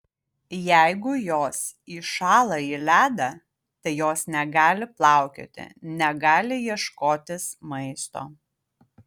jeigu jos įšąla į ledą tai jos negali plaukioti negali ieškotis maisto